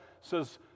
says